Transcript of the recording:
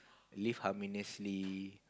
live harmoniously